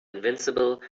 invincible